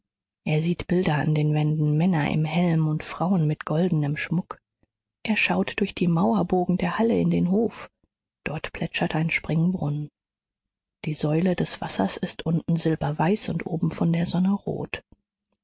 er sieht bilder an den wänden männer im helm und frauen mit goldenem schmuck er schaut durch die mauerbogen der halle in den hof dort plätschert ein springbrunnen die säule des wassers ist unten silberweiß und oben von der sonne rot